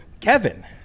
Kevin